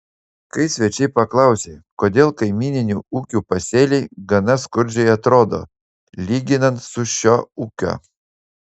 kai svečiai paklausė kodėl kaimyninių ūkių pasėliai gana skurdžiai atrodo lyginant su šio ūkio